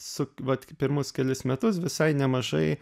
su va tik pirmus kelis metus visai nemažai